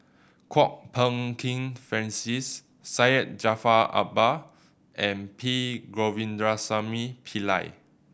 Kwok Peng Kin Francis Syed Jaafar Albar and P Govindasamy Pillai